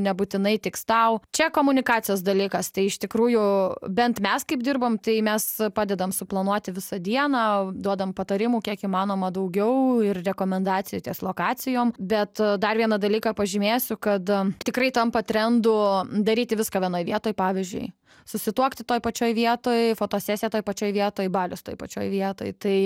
nebūtinai tiks tau čia komunikacijos dalykas tai iš tikrųjų bent mes kaip dirbam tai mes padedam suplanuoti visą dieną duodam patarimų kiek įmanoma daugiau ir rekomendacijas ties lokacijom bet dar vieną dalyką pažymėsiu kada tikrai tampa trendu daryti viską vienoj vietoj pavyzdžiui susituokti toj pačioj vietoj fotosesija toj pačioj vietoj balius toj pačioj vietoj tai